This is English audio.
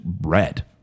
red